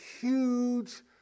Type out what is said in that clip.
huge